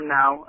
now